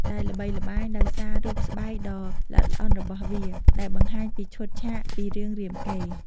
ដែលល្បីល្បាញដោយសាររូបស្បែកដ៏ល្អិតល្អន់របស់វា ដែលបង្ហាញពីឈុតឆាកពី រឿងរាមកេរ្តិ៍។